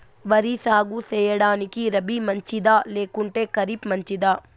వరి సాగు సేయడానికి రబి మంచిదా లేకుంటే ఖరీఫ్ మంచిదా